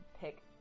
pick